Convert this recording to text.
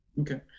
Okay